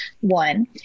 One